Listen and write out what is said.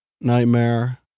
Nightmare